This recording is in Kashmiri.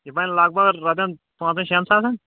یہِ بَنہِ لگ بگ رۄپیَن پانٛژَن شیٚن ساسَن